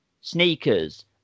sneakers